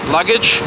Luggage